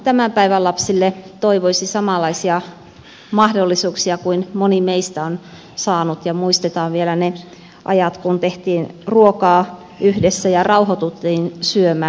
tämän päivän lapsille toivoisi samanlaisia mahdollisuuksia kuin moni meistä on saanut ja muistetaan vielä ne ajat kun tehtiin ruokaa yhdessä ja rauhoituttiin syömään